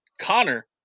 Connor